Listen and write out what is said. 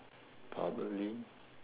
probably